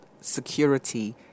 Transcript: security